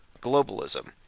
globalism